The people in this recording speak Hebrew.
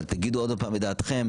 אבל תגידו עוד פעם את דעתכם,